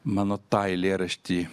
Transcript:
mano tą eilėraštį